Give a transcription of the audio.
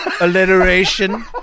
Alliteration